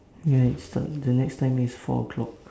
ya it starts the next timing is four o'clock